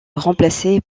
remplacée